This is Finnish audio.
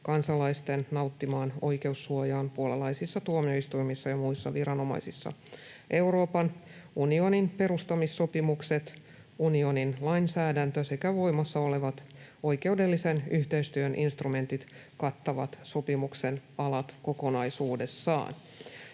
kansalaisten nauttimaan oikeussuojaan puolalaisissa tuomioistuimissa ja muissa viranomaisissa. Euroopan unionin perustamissopimukset, unionin lainsäädäntö sekä voimassa olevat oikeudellisen yhteistyön instrumentit kattavat sopimuksen palat kokonaisuudessaan.